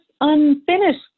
unfinished